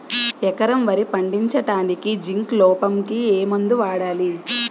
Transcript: ఎకరం వరి పండించటానికి జింక్ లోపంకి ఏ మందు వాడాలి?